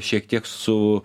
šiek tiek su